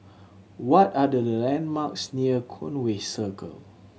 what are the landmarks near Conway Circle